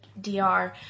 DR